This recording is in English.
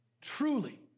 truly